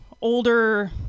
older